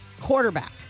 Quarterback